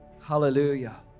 Hallelujah